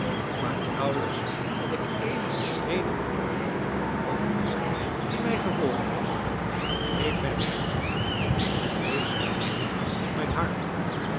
maar nauwelijks had ik eenige schreden gedaan of lize die mij gevolgd was greep mij bij de hand en wees lachende op mijn harp